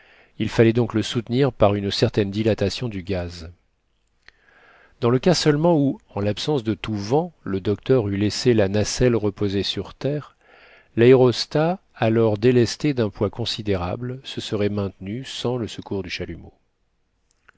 il fallait donc le soutenir par une certaine dilatation du gaz dans le cas seulement où en l'absence de tout vent le docteur eût laissé la nacelle reposer sur terre l'aérostat alors délesté d'un poids considérable se serait maintenu sans le secours du chalumeau